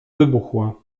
wybuchła